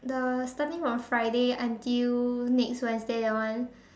the starting from Friday until next Wednesday that one